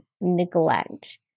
neglect